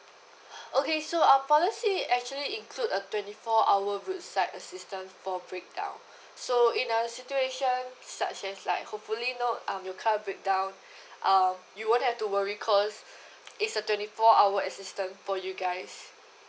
okay so our policy actually include a twenty four hour roadside assistant for breakdown so in a situation such as like hopefully not um your car breakdown uh you won't have to worry because it's a twenty four hour assistant for you guys